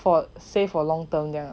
for stay for long term 这样 ah